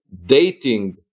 dating